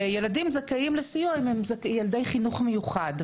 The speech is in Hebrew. וילדים זכאים לסיוע אם הם ילדי חינוך מיוחד.